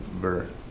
birth